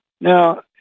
Now